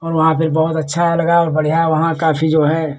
और वहाँ फिर बहुत अच्छा लगा और बढ़िया वहाँ काफ़ी जो है